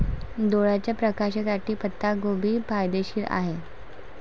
डोळ्याच्या प्रकाशासाठी पत्ताकोबी फायदेशीर आहे